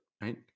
right